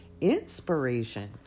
inspiration